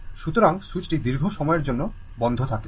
সুতরাং সুইচটি দীর্ঘ সময়ের জন্য বন্ধ থাকে